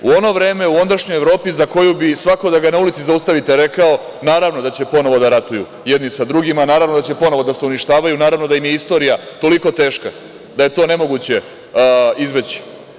U ono vreme, u ondašnjoj Evropi, za koju bi svako na ulici da ga zaustavite rekao – naravno da će ponovo da ratuju jedni sa drugima, naravno da će ponovo da se uništavaju, naravno da im je istorija toliko teška da je to nemoguće izbeći.